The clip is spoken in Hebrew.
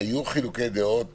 היו חילוקי דעות